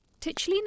Tichlina